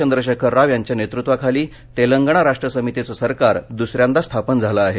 चंद्रशेखर राव यांच्या नेतृत्वाखाली तेलंगणा राष्ट्र समितीचं सरकार दुसऱ्यादा स्थापन झालं आहे